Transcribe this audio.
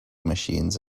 machines